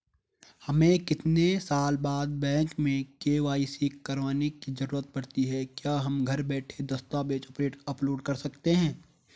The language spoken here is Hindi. हमें कितने साल बाद बैंक में के.वाई.सी करवाने की जरूरत पड़ती है क्या हम घर बैठे दस्तावेज़ अपलोड कर सकते हैं?